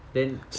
then